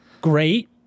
Great